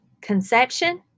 conception